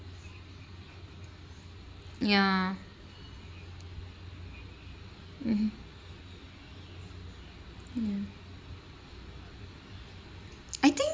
yeah mmhmm mm I think